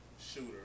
shooter